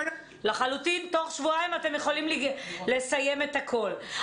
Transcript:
לחלוטין תוך שבועיים אתם יכולים לסיים את הכול.